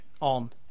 on